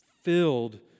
filled